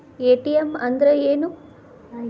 ATM ಅಂದ್ರ ಏನು?